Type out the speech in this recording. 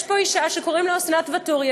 יש פה אישה שקוראים לה אסנת ואתורי.